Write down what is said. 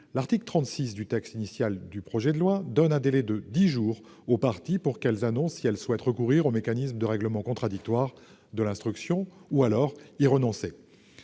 L'article 36 du texte initial du présent projet de loi donne un délai de dix jours aux parties pour annoncer si elles souhaitent recourir aux mécanismes de règlement contradictoire de l'instruction ou y renoncer.